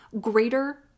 greater